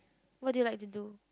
what do you like to do